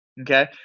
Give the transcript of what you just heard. Okay